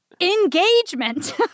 Engagement